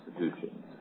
institutions